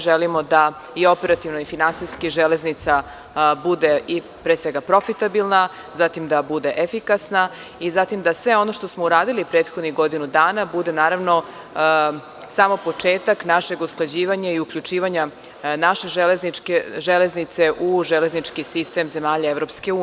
Želimo da i operativno i finansijski železnica bude, pre svega, profitabilna, zatim da bude efikasna i zatim da sve ono što smo uradili prethodnih godinu dana bude samo početak našeg usklađivanja i uključivanja naše železnice u železnički sistem zemlja EU.